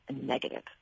negative